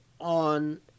on